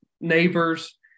neighbors